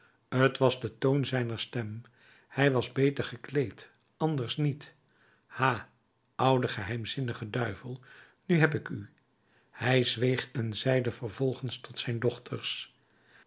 t was de toon zijner stem hij was beter gekleed anders niet ha oude geheimzinnige duivel nu heb ik u hij zweeg en zeide vervolgens tot zijn dochters